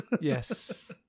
Yes